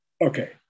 Okay